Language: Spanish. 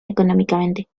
económicamente